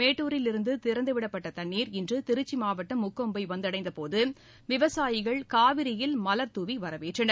மேட்டுரிலிருந்து திறந்துவிடப்பட்ட தண்ணீர் இன்று திருச்சி மாவட்டம் முக்கொம்பு வந்தடைந்த போது விவசாயிகள் காவிரியில் மலர் தூவி வரவேற்றனர்